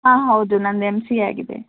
ಹಾಂ ಹೌದು ನನ್ನದು ಎಂ ಸಿ ಎ ಆಗಿದೆ